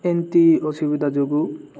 ଏମତି ଅସୁବିଧା ଯୋଗୁଁ